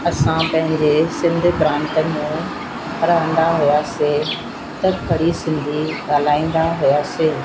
असां पहिंजे सिंध प्रांत में रहंदा हुआसीं त खड़ी सिंधी ॻाल्हाईंदा हुआसीं